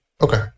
Okay